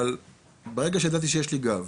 אבל ברגע שידעתי שיש לי גב,